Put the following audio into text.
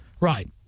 Right